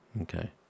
Okay